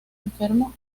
enfermo